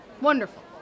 Wonderful